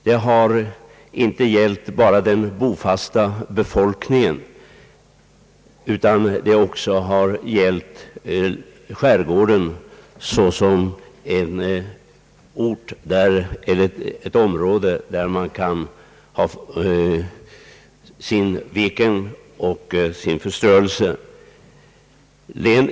Det har inte gällt bara den bofasta befolkningen, utan det har också gällt skärgården såsom ett område där människor kan tillbringa veckosluten och få sin förströelse.